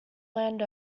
land